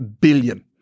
billion